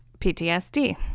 PTSD